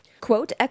Quote